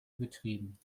betrieben